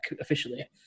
officially